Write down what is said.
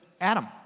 Adam